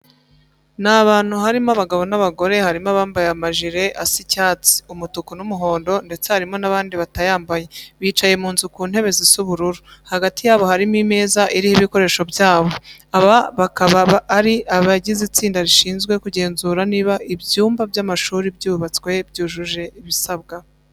Ni abantu harimo abagabo n'abagore, harimo abambaye amajire asa icyatsi, umutuku n'umuhondo ndetse harimo n'abandi batayambaye. Bicaye mu nzu ku ntebe zisa ubururu, hagati yabo harimo imeza iriho ibikoresho byabo. Aba bakaba ari abagize itsinda rishinzwe kugenzura niba ibyumba by'amashuri byubatswe byujuje ibisabwa.